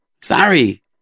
Sorry